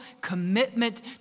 commitment